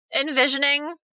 envisioning